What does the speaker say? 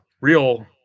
real